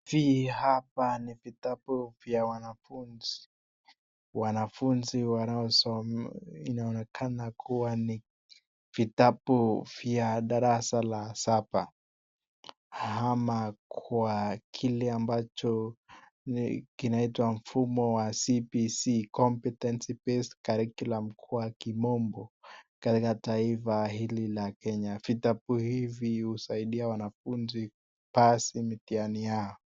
Hii hapa ni vitabu vya wanafunzi, wanafunzi wanaosoma, inaonekana kuwa ni vitabu vya darasa la saba, ama kwa kile ambacho kinaitwa mfumo wa cbc, competence based curriculum kwa kimombo katika taifa hili la Kenya, vitabu hivi huwasaidia wanafunzi kupasi mitihani yao.